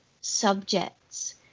subjects